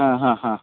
ആ ഹാ ഹാ